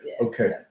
okay